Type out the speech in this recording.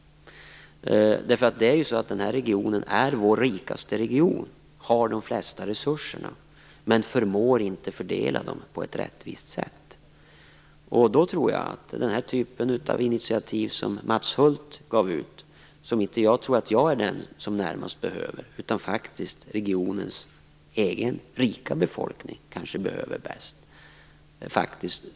Denna region är vår rikaste region och har de flesta resurserna men förmår inte fördela dem på ett rättvist sätt. Den typ av initiativ som Mats Hulth tog och broschyren som gavs ut är det inte jag som närmast behöver utan faktiskt regionens egen rika befolkning. Den kanske behöver den bäst.